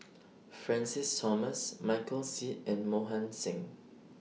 Francis Thomas Michael Seet and Mohan Singh